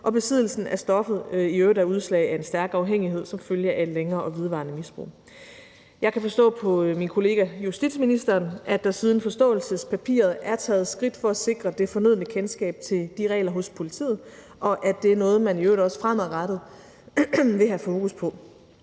og besiddelsen af stoffet i øvrigt er udslag af en stærk afhængighed som følge af et længere og vedvarende misbrug. Jeg kan forstå på min kollega, justitsministeren, at der siden forståelsespapiret er taget skridt for at sikre det fornødne kendskab til de regler hos politiet, og at det er noget, man i øvrigt også fremadrettet vil have fokus på.